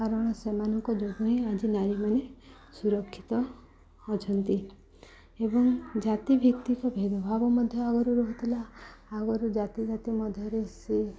କାରଣ ସେମାନଙ୍କ ଯୋଗୁଁ ହିଁ ଆଜି ନାରୀମାନେ ସୁରକ୍ଷିତ ଅଛନ୍ତି ଏବଂ ଜାତିଭିତ୍ତିଙ୍କ ଭେଦଭାବ ମଧ୍ୟ ଆଗରୁ ରହୁଥିଲା ଆଗରୁ ଜାତି ଜାତି ମଧ୍ୟରେ ସିଏ